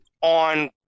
on